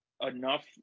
enough –